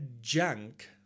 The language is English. junk